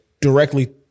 directly